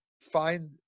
find